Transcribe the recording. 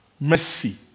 mercy